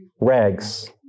rags